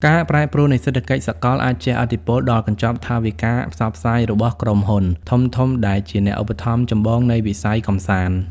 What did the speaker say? ការប្រែប្រួលនៃសេដ្ឋកិច្ចសកលអាចជះឥទ្ធិពលដល់កញ្ចប់ថវិកាផ្សព្វផ្សាយរបស់ក្រុមហ៊ុនធំៗ ដែលជាអ្នកឧបត្ថម្ភចម្បងនៃវិស័យកម្សាន្ត។